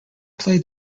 played